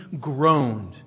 groaned